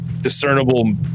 discernible